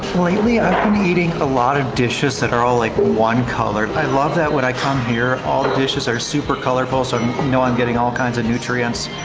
lately i've been eating a lot of dishes that are all like one color. i love that when i come here all the dishes are super colorful so know i'm getting all kinds of nutrients.